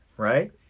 Right